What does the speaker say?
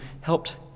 helped